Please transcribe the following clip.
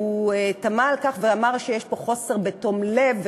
הוא תמה על כך ואמר שיש פה חוסר תום לב,